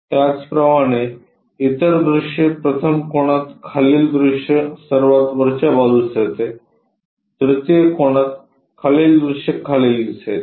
त्याचप्रमाणे इतर दृश्ये प्रथम कोनात खालील दृश्य सर्वात वरच्या बाजूस जाते तृतीय कोनात खालील दृश्य खाली दिसेल